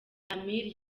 amir